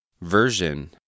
version